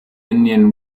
indian